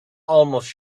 almost